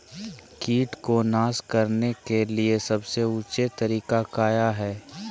किट को नास करने के लिए सबसे ऊंचे तरीका काया है?